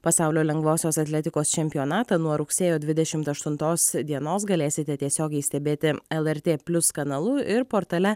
pasaulio lengvosios atletikos čempionatą nuo rugsėjo dvidešimt aštuntos dienos galėsite tiesiogiai stebėti lrt plius kanalu ir portale